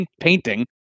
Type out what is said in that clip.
painting